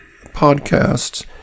podcasts